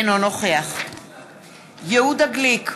אינו נוכח יהודה גליק,